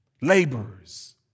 laborers